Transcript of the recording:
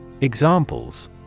Examples